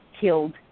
killed